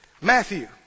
Matthew